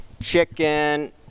chicken